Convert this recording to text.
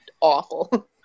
awful